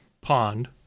pond